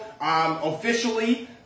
officially